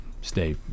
stay